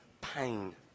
pain